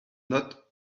not